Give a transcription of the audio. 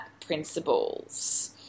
principles